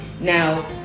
Now